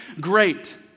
great